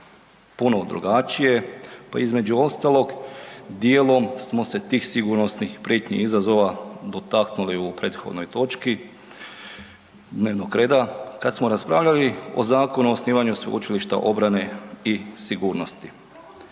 ponovno drugačije, pa između ostalog dijelom smo se tih sigurnosnih prijetnji i izazova dotaknuli u prethodnoj točki dnevnog reda kad smo raspravljali o Zakonu o osnivanju Sveučilišta obrane i sigurnosti.